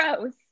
gross